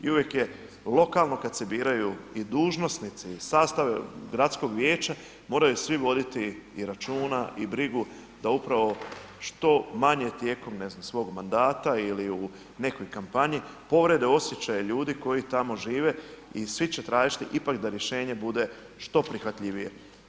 I uvijek je lokalno kad se biraju i dužnosnici i sastave gradskog vijeća, moraju svi voditi i računa i brigu da upravo što manje tijekom ne znam svog mandata ili u nekoj kampanji povrijede osjećaje ljudi koji tamo žive i svi će tražiti da rješenje bude što prihvatljivije.